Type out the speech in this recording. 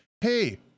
hey